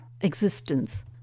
existence